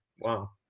Wow